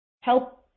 help